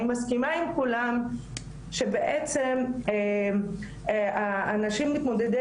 אני מסכימה עם כולם שבעצם אנשים מתמודדי